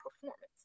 performance